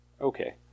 Okay